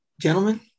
gentlemen